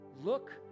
Look